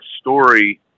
story